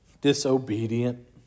disobedient